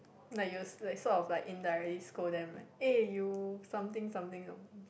like you s~ like sort of like indirectly scold them like eh you something something something